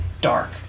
dark